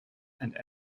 and